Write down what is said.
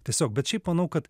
tiesiog bet šiaip manau kad